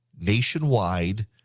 nationwide